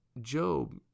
Job